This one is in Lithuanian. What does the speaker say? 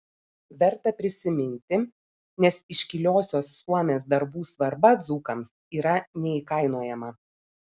verta prisiminti nes iškiliosios suomės darbų svarba dzūkams yra neįkainojama